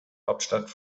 hauptstadt